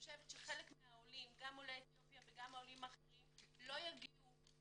חלק מעולי אתיופיה וגם העולים האחרים לא יגיעו